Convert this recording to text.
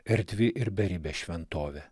erdvi ir beribė šventovė